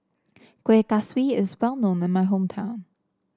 Kuih Kaswi is well known in my hometown